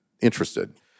interested